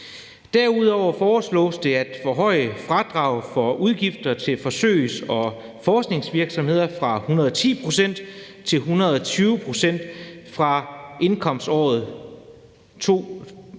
Derudover foreslås det at forhøje fradraget for udgifter til forsøgs- og forskningsvirksomhed fra 110 pct. til 120 pct. fra indkomståret 2028,